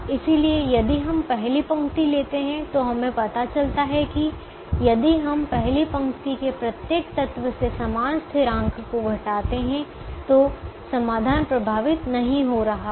इसलिए यदि हम पहली पंक्ति लेते हैं तो हमें पता चलता है कि यदि हम पहली पंक्ति के प्रत्येक तत्व से समान स्थिरांक को घटाते हैं तो समाधान प्रभावित नहीं हो रहा है